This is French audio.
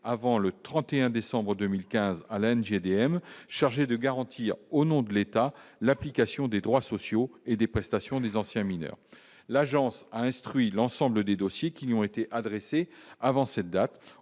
avant le 31 décembre 2015 Allen j'ai DM chargé de garantir au nom de l'État, l'application des droits sociaux et des prestations des anciens mineurs, l'agence a instruit l'ensemble des dossiers qui lui ont été adressées avant cette date,